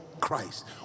Christ